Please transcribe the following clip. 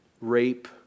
rape